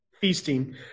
feasting